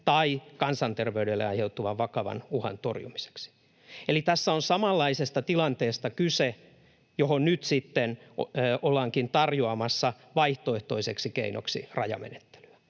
tai kansanterveydelle aiheutuvan vakavan uhan torjumiseksi. Eli tässä on samanlaisesta tilanteesta kyse, johon nyt sitten ollaankin tarjoamassa vaihtoehtoiseksi keinoksi rajamenettelyä,